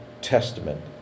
testament